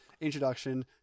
introduction